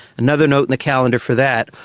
another note in the calendar for that.